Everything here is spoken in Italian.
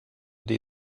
dei